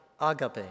agape